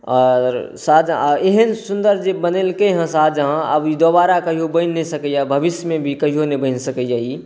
आओर शाहजहाँ एहन सुन्दर जे बनेलकै हँ शाहजहाँ आब ई दोबारा कहिओ बनि नहि सकैए भविष्यमे भी कहिओ नहि बनि सकैए ई